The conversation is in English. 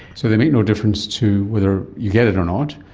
so they make no difference to whether you get it or not.